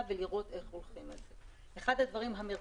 בחלק מהדברים ולראות איך הולכים אליו.